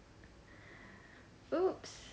!oops!